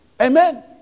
Amen